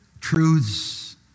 Truths